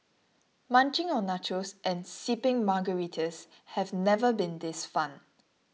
munching on nachos and sipping Margaritas have never been this fun